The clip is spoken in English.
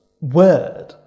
word